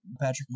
Patrick